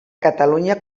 catalunya